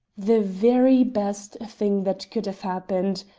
the very best thing that could have happened.